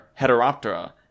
Heteroptera